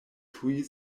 tuj